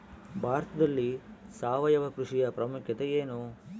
ಭಾರತದಲ್ಲಿ ಸಾವಯವ ಕೃಷಿಯ ಪ್ರಾಮುಖ್ಯತೆ ಎನು?